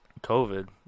COVID